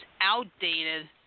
outdated